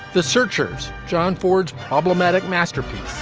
the searchers john ford's problematic masterpiece.